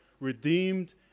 redeemed